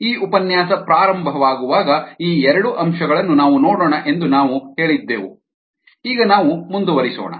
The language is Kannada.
ಈ ಉಪನ್ಯಾಸ ಪ್ರಾರಂಭವಾಗುವಾಗ ಈ ಎರಡು ಅಂಶಗಳನ್ನು ನಾವು ನೋಡೋಣ ಎಂದು ನಾವು ಹೇಳಿದ್ದೆವು ಈಗ ನಾವು ಮುಂದುವರಿಸೋಣ